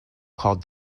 called